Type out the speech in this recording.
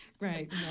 right